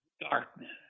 darkness